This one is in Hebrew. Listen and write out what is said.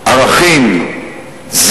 ערכים,